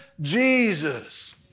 Jesus